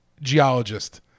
geologist